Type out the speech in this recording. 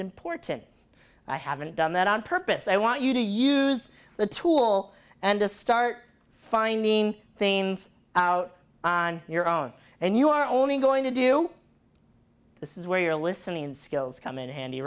important i haven't done that on purpose i want you to use the tool and to start finding things out on your own and you are only going to do this is where your listening skills come in handy